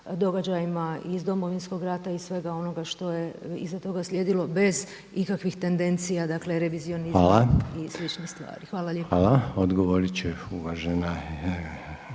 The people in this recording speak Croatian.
događajima iz Domovinskog rata i svega onoga što je iza toga slijedilo bez ikakvih tendencija revizionizma i sličnih stvari. Hvala. **Reiner, Željko